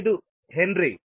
5 henry